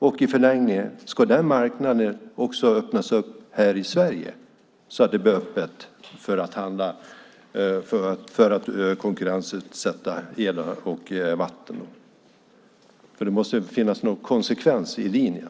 Ska den marknaden i förlängningen också öppnas här i Sverige så att det blir öppet för att konkurrensutsätta el och vatten? Det måste väl finnas en konsekvens i linjen.